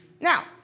Now